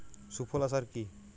সুফলা সার কি?